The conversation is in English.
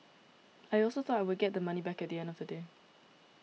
I also thought I would get the money back at the end of the day